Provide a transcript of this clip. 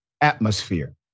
atmosphere